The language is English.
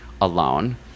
alone